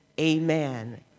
amen